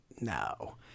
no